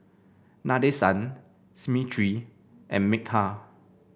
Nadesan Smriti and Milkha